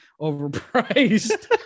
overpriced